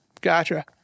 Gotcha